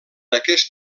aquest